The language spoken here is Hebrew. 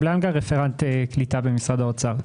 רפרנט קליטה במשרד האוצר.